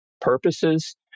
purposes